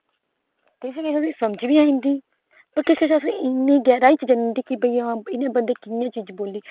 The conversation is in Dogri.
किश किश आसे गी समझ बी आई जंदी पर किश किश आसे गी इनी गहराई जन्ने कि भाई हां इन्हें बंदे ने कियां एह् चीज बोल्ली